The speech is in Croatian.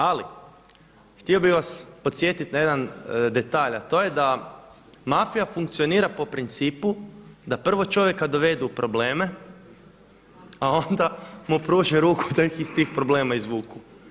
Ali htio bih vas podsjetit na jedan detalj, a to je da mafija funkcionira po principu da prvo čovjeka dovedu u probleme, a onda mu pruže ruku da ih iz tih problema ne izvuku.